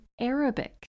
Arabic